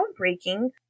groundbreaking